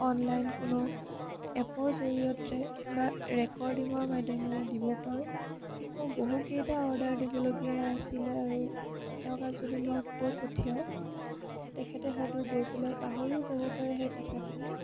online কোনো এপৰ জৰিয়তে বা ৰেকৰ্ডিঙৰ মাধ্যমেৰে দিব পাৰোঁ মোৰ বহু কেইটা অৰ্ডাৰ দিবলগীয়া আছিলে আৰু যদি মই কৈ পঠিয়াওঁ তেখেতে হয়তো গৈ পেলাই পাহৰিও যাব পাৰে সেই কথাখিনি